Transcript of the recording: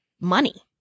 money